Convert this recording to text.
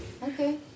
Okay